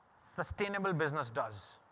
sustainable business does.